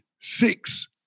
six